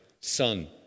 Son